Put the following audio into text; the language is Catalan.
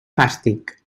fàstic